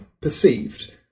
perceived